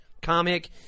comic